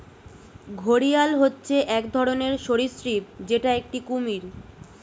ঘড়িয়াল হচ্ছে এক ধরনের সরীসৃপ যেটা একটি কুমির